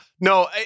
No